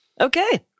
Okay